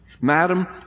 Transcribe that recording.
Madam